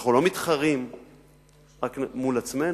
אנחנו לא מתחרים רק מול עצמנו.